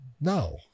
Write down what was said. no